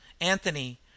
Anthony